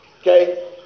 Okay